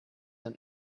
his